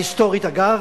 ההיסטורית אגב,